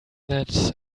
that